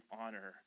honor